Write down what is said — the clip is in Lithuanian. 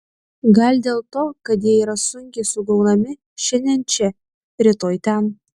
gal dėl to kad jie yra sunkiai sugaunami šiandien čia rytoj ten